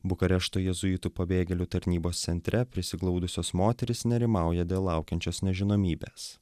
bukarešto jėzuitų pabėgėlių tarnybos centre prisiglaudusios moterys nerimauja dėl laukiančios nežinomybės